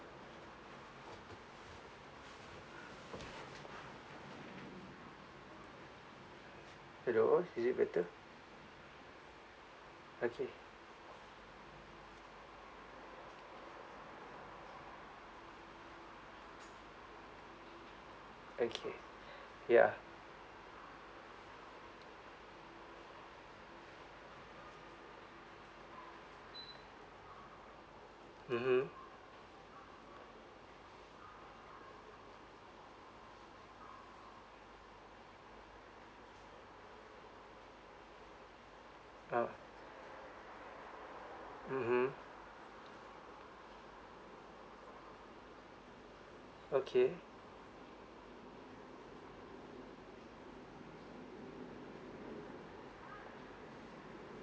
hello is it better okay okay ya mmhmm ah mmhmm okay